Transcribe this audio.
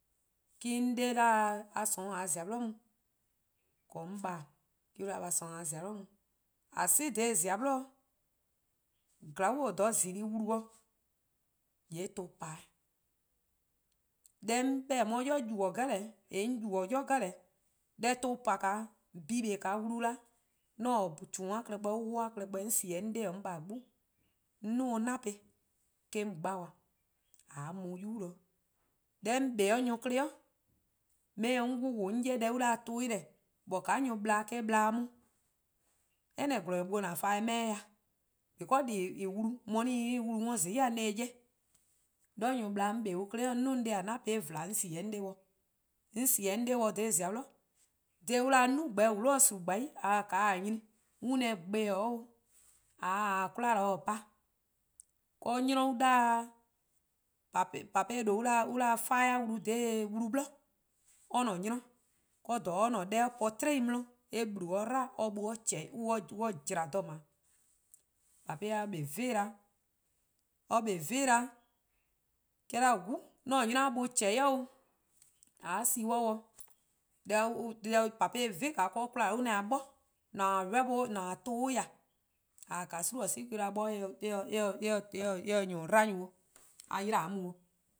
'On 'de 'da a :sorn :a 'ye :zia'-bli mu'dekorn: 'on :baa'. 'De on 'da a :sorn :a 'ye "zia' 'bli mu. :a 'si-a dha :zia' 'bli-dihzorn bo :dhja :zulu+-a wlu-dih-a :yee' tuh pa-'. Deh 'on 'beh-doh: 'on 'ye-a 'i yubo: deh 'jeh 'de 'on yubo-a 'i deh 'jeh, deh tuh pa-' buh+ kpa 'o :wlu 'da 'an-a' :chuu:-a klehkpeh on wall-a klehkpeh 'on sie 'de 'on :baa' 'de 'gbu 'on 'duo:-' 'nafe eh-: 'on gba kwa :a mu yubu' de. Deh 'on 'kpa-' 'de nyor 'kle, mor eh :se deh 'on 'wluh-a :wlunhuhuh: 'on 'ye deh :eh :mor 'weh :deh, :but :ka nyor+-a ple-a eh-: ple-dih 'on. 'anyneh' :gwlor-nyor-buo' or ple 'meh-a 'weh, because deh :en 'wlu-a 'on se en wlu 'worn :zai' 'on se-eh 'ye. 'De :dha nyor+-a ple-a 'on 'kpa 'de on 'klei' 'on :duo: 'on 'de-a 'nafe :vla 'on sie 'o 'on 'de dih, 'on sie 'on 'de 'weh dha :zia' 'bli. 'Dpo :dha an 'da-dih 'nimeh' :wlo-a :gwie: 'gbannih la taa 'o 'nyne on 'da gbe 'o'o, :a ta 'de 'kwla pa :pape' :due' an 'da-dih-a 'fae'-a wlu dha wlu 'bli or-a'a: 'nynor 'de :dha or :ne-a 'deh or po-a or-: 'tiei' 'di eh blu 'o or 'blu 'de or[-a' buh :jla 'do :dha 'o, 'de :pape' kpa 'o 'vin da, or 'kpa 'o 'vin 'da, 'de or 'da 'o! 'An-a'a: 'nynor-a buh :chehn 'i 'o, 'de :a sie 'o dih deh :pape'-a 'van-a 'de 'kwla on 'da 'bor :on :ne-a tuh bo :ya, :a :taa :gwie' 'si 'de on 'da 'bor eh :se :an 'dba-a nyor 'o a 'yle-a :a 'ye mu 'o i'